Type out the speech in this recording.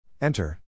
Enter